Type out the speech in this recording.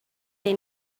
they